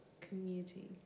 community